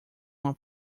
uma